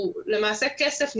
הוא למעשה כסף נפרד,